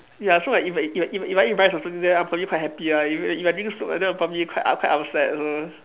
ya so like if I if I if I eat rice or something then I'll probably be quite happy lah if I if I drink soup and then I'll probably be quite up~ quite upset also